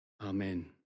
Amen